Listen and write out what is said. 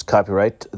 Copyright